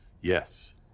Yes